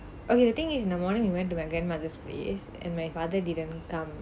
okay the thing is in the morning we went to my grandmother's place and my father didn't come